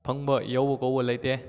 ꯐꯪꯕ ꯌꯧꯕ ꯀꯧꯕ ꯂꯩꯇꯦ